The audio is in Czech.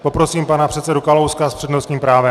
Poprosím pana předsedu Kalouska s přednostním právem.